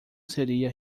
seria